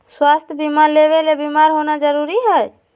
स्वास्थ्य बीमा लेबे ले बीमार होना जरूरी हय?